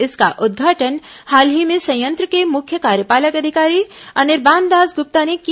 इसका उद्घाटन हाल ही में संयंत्र के मुख्य कार्यपालक अधिकारी अनिर्बान दास गुप्ता ने किया